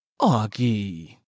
Augie